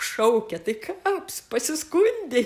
šaukia tai ką pasiskundei